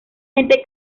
gente